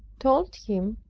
told him,